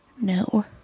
No